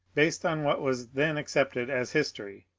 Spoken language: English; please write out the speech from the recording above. based on what was then accepted as history,